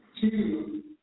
Two